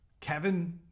Kevin